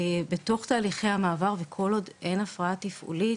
בתוך תהליכי המעבר, כל עוד אין הפרעה תפעולית,